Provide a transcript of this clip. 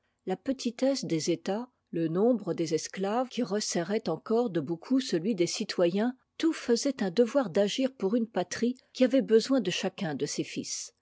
la petitesse des états le nombre des esclaves qui resserrait encore de beaucoup celui des citoyens tout faisait un devoir d'agir pour une patrie qui avait besoin de chacun de ses fils